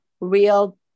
real